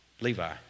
Levi